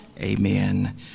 Amen